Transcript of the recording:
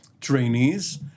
trainees